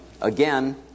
again